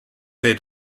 they